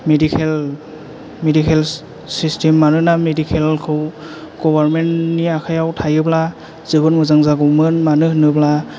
medical system मानोना medical खौ government नि आखाइयाव थायोब्ला जोबोर मोजां जागौमोन मानो होनोब्ला